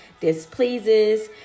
displeases